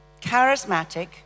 charismatic